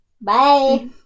Bye